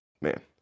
man